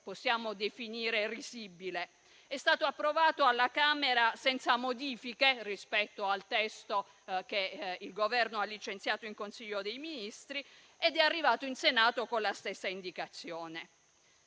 possiamo definire risibile. È stato approvato alla Camera senza modifiche rispetto al testo che il Governo ha licenziato in Consiglio dei ministri ed è arrivato in Senato con la stessa indicazione: